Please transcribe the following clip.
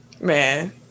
Man